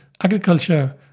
agriculture